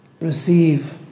receive